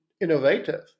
innovative